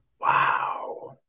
Wow